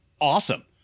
Awesome